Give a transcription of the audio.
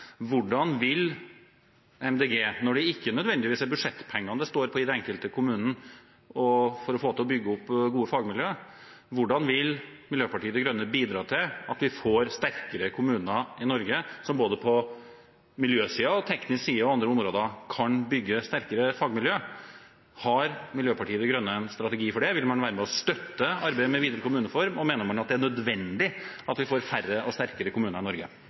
hvordan vil Miljøpartiet De Grønne bidra til at vi får sterkere kommuner i Norge, som både på miljøsiden, på teknisk side og på andre områder kan bygge sterkere fagmiljøer? Har Miljøpartiet De Grønne en strategi for det? Vil man være med og støtte arbeidet videre med kommunereformen? Mener man det er nødvendig at vi får færre og sterkere kommuner i Norge?